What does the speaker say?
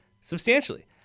substantially